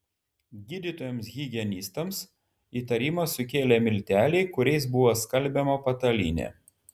gydytojams higienistams įtarimą sukėlė milteliai kuriais buvo skalbiama patalynė